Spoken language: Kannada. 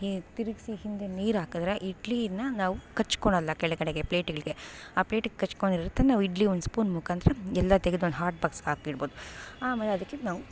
ಹಿ ತಿರುಗಿಸಿ ಹಿಂದೆ ನೀರು ಹಾಕಿದ್ರೆ ಇಡ್ಲಿನ ನಾವು ಕಚ್ಕೊಳಲ್ಲ ಕೆಳಗಡೆಗೆ ಪ್ಲೇಟುಗಳಿಗೆ ಆ ಪ್ಲೇಟಿಗೆ ಕಚ್ಕೊಂಡಿರುತ್ತೆ ನಾವು ಇಡ್ಲಿ ಒಂದು ಸ್ಪೂನ್ ಮುಖಾಂತರ ಎಲ್ಲ ತೆಗೆದು ಒಂದು ಹಾಟ್ ಬಾಕ್ಸ್ಗಾಕಿಡ್ಬೋದು ಆಮೇಲದಕ್ಕೆ ನಾವು